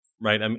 Right